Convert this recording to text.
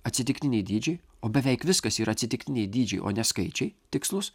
atsitiktiniai dydžiai o beveik viskas yra atsitiktiniai dydžiai o ne skaičiai tikslūs